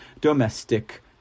domestic